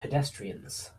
pedestrians